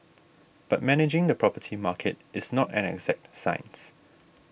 but managing the property market is not an exact science